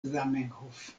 zamenhof